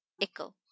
echo